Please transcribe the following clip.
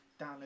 Download